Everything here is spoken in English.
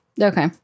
Okay